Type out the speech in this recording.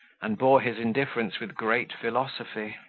and bore his indifference with great philosophy,